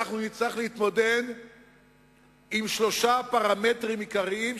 אנחנו נצטרך להתמודד עם שלושה פרמטרים עיקריים,